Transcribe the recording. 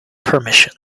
permission